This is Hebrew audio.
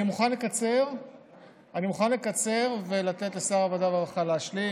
אני מוכן לקצר ולתת לשר העבודה והרווחה להשלים,